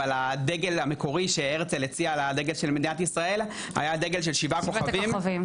אבל הדגל המקורי שהרצל הציע עבור מדינת ישראל היה דגל של שבעה כוכבים,